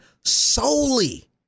solely